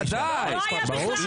דתית,